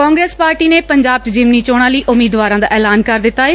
Congress party ਨੇ ਪੰਜਾਬ ਚ ਜ਼ਿਮਨੀ ਚੋਣਾਂ ਲਈ ਉਮੀਦਵਾਰਾਂ ਦਾ ਐਲਾਨ ਕਰ ਦਿੱਤਾ ਏ